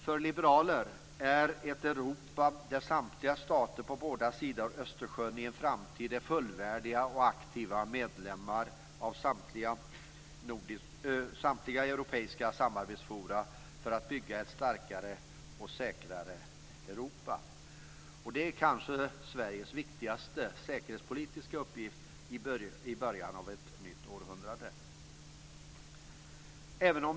För liberaler hägrar ett Europa där samtliga stater på båda sidor om Östersjön i en framtid är fullvärdiga och aktiva medlemmar av samtliga europeiska samarbetsforum för att bygga ett starkare och säkrare Europa. Det är kanske Sveriges viktigaste säkerhetspolitiska uppgift i början av ett nytt århundrade.